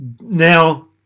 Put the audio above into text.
Now